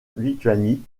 lituanie